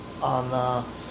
on